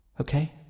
Okay